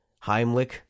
Heimlich